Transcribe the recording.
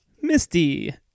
misty